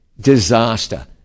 disaster